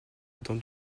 dans